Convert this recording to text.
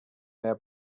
mehr